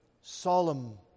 solemn